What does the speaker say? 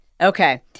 Okay